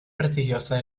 prestigiosas